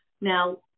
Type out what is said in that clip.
Now